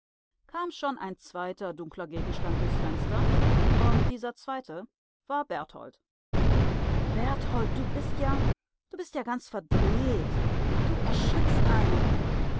kam schon ein zweiter dunkler gegenstand durchs fenster und dieser zweite war berthold berthold du bist ja du bist ja ganz verdreht du erschrickst einen